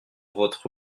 votre